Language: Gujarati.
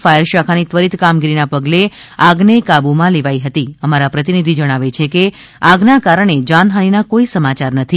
ફાયર શાખાની ત્વરીત કામગીરીના પગલે આગને કાબુમાં લેવાઈ હતી અમારા પ્રતિનિધિ જણાવે છે કે આગના કારણે જાનહાનીના કોઈ સમાચાર નથી